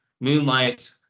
Moonlight